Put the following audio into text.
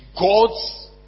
God's